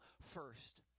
first